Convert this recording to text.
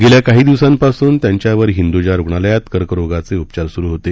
गेल्या काही दिवसांपासनं त्यांच्यावर हिंद्जा रूग्णालयात कर्करोगाचे उपचार सुरू होते